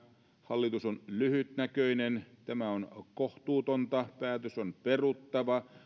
hallitus on lyhytnäköinen tämä on kohtuutonta päätös on peruttava